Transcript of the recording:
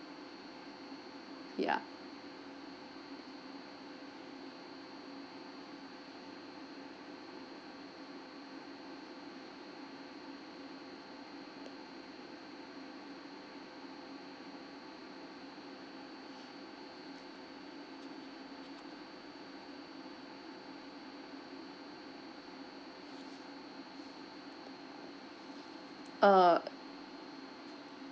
ya uh